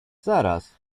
zaraz